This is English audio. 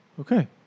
Okay